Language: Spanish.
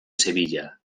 sevilla